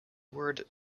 word